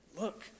Look